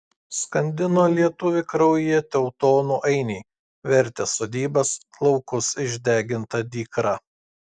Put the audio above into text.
skandino lietuvį kraujyje teutonų ainiai vertė sodybas laukus išdeginta dykra